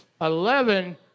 Eleven